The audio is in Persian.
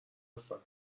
هستن